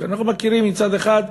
מצד אחד,